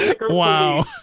Wow